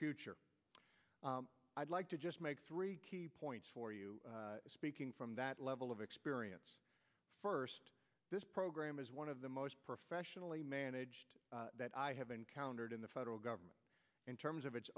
future i'd like to just make three points for you speaking from that level of experience first this program is one of the most professionally managed that i have encountered in the federal government in terms of its